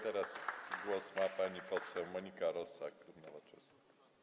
Teraz głos ma pani poseł Monika Rosa, koło Nowoczesna.